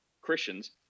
christians